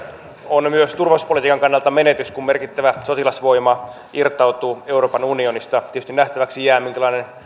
on myös turvallisuuspolitiikan kannalta menetys kun merkittävä sotilasvoima irtautuu euroopan unionista tietysti nähtäväksi jää minkälainen